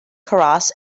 karras